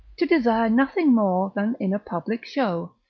to desire nothing more than in a public show,